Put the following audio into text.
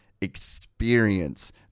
experience